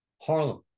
Harlem